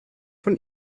von